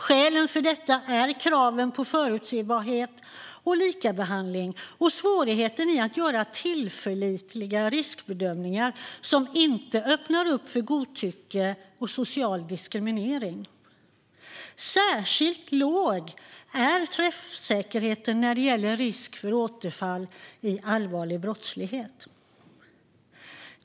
Skälen för detta är kraven på förutsebarhet och likabehandling samt svårigheten att göra tillförlitliga riskbedömningar som inte öppnar för godtycke och social diskriminering. Särskilt låg är träffsäkerheten när det gäller risk för återfall i allvarlig brottslighet.